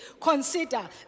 Consider